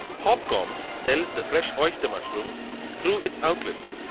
hopcoms sells the fresh oyster mushroom so through its outlets.